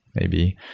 maybe.